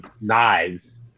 knives